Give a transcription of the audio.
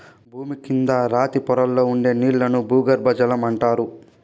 భూమి కింద రాతి పొరల్లో ఉండే నీళ్ళను భూగర్బజలం అంటారు